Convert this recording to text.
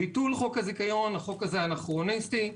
החוק הזה אנכרוניסטי.